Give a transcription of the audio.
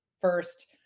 first